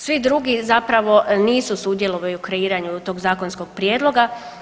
Svi drugi zapravo nisu sudjelovali u kreiranju tog zakonskog prijedloga.